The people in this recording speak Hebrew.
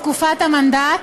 מתקופת המנדט.